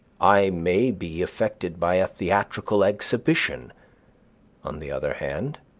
i may be affected by a theatrical exhibition on the other hand,